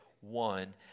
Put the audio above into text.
one